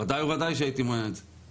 בוודאי שהייתי מונע את זה.